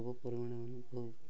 ସବୁ ପରିମାଣ ଅନୁଭବ